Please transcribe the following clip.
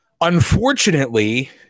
Unfortunately